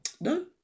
No